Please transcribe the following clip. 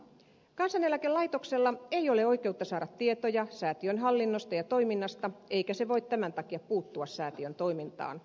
kansaneläkelaitoksella ei ole oikeutta saada tietoja säätiön hallinnosta ja toiminnasta eikä se voi tämän takia puuttua säätiön toimintaan